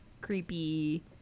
creepy